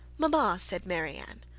mama, said marianne,